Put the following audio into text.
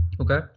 Okay